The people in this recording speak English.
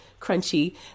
crunchy